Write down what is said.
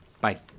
Bye